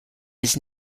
his